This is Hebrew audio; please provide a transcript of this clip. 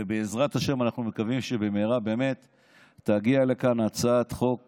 ובעזרת השם אנחנו מקווים שבמהרה תגיע לכאן הצעת חוק